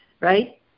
Right